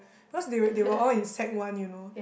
because they were they were all in sec-one you know